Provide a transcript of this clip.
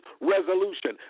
resolution